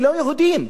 ולא יהודיים.